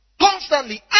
Constantly